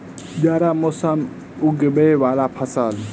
जाड़ा मौसम मे उगवय वला फसल?